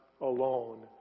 alone